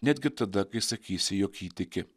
netgi tada kai sakysi jog jį tiki